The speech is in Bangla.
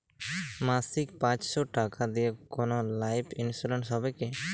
মাসিক পাঁচশো টাকা দিয়ে কোনো লাইফ ইন্সুরেন্স হবে কি?